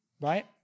Right